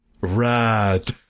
rad